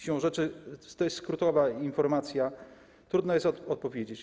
Siłą rzeczy to jest skrótowa informacja, trudno jest odpowiedzieć.